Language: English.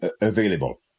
available